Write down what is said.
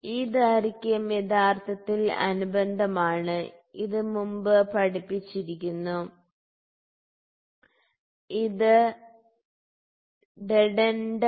ഈ ദൈർഘ്യം യഥാർത്ഥത്തിൽ അനുബന്ധമാണ് ഇത് മുമ്പ് പഠിപ്പിചിരിക്കുന്നു ഇത് ഡെഡെൻഡം